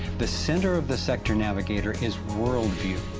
the center of the sector navigator is worldview,